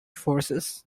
forces